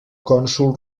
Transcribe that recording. cònsol